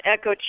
echo